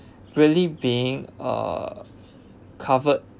really being uh covered